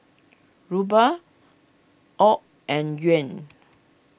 Ruble Aud and Yuan